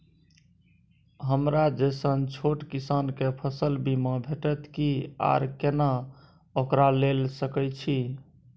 हमरा जैसन छोट किसान के फसल बीमा भेटत कि आर केना ओकरा लैय सकैय छि?